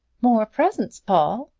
more presents, paul!